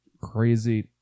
crazy